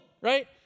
right